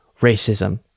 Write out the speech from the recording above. racism